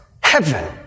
heaven